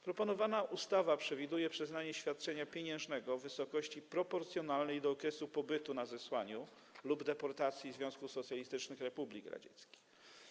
Proponowana ustawa przewiduje przyznanie świadczenia pieniężnego w wysokości proporcjonalnej do okresu zesłania lub deportacji do Związku Socjalistycznych Republik Radzieckich.